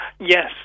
Yes